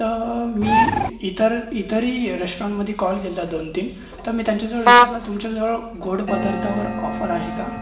त मी इतर इतरही रेस्ट्रॉरंटमध्ये कॉल केलता दोन तीन तर मी त्यांच्याजवळ विचारलं तुमच्याजवळ गोड पदार्थावर ऑफर आहे का